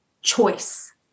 choice